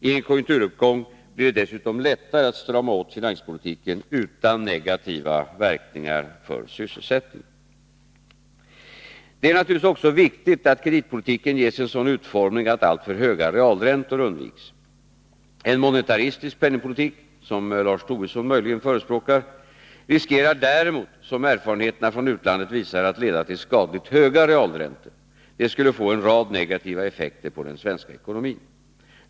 I en konjunkturuppgång blir det dessutom lättare att strama åt finanspolitiken utan negativa verkningar för sysselsättningen. Det är naturligtvis också viktigt att kreditpolitiken ges en sådan utformning att alltför höga realräntor undviks. En monetaristisk penningpolitik — som Lars Tobisson möjligen förespråkar — riskerar däremot, såsom erfarenheterna från utlandet visar, att leda till skadligt höga realräntor. Detta skulle få en rad negativa effekter på den svenska ekonomin.